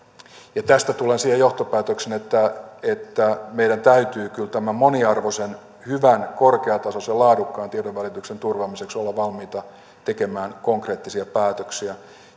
tästä tulen siihen johtopäätökseen että että meidän täytyy kyllä tämän moniarvoisen hyvän korkeatasoisen laadukkaan tiedonvälityksen turvaamiseksi olla valmiita tekemään konkreettisia päätöksiä